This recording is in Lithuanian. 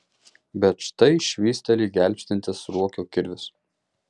bet štai švysteli gelbstintis ruokio kirvis